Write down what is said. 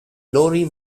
lorry